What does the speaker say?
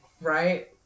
Right